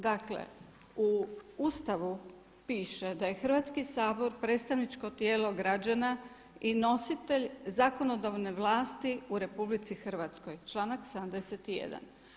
Dakle, u Ustavu piše da je Hrvatski sabor predstavničko tijelo građana i nositelj zakonodavne vlasti u RH, članak 71.